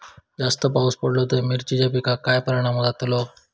जास्त पाऊस पडलो तर मिरचीच्या पिकार काय परणाम जतालो?